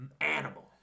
animal